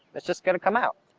it's just gonna come out.